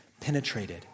penetrated